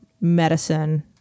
medicine